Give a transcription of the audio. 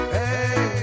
Hey